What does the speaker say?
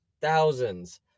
thousands